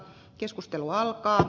keskustelu alkaa